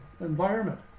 environment